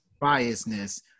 biasness